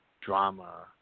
Drama